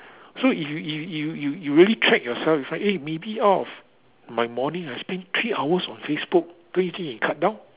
so if you if you you you you really track yourself if like eh maybe out of my morning I spend three hours on Facebook don't you think can cut down